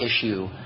issue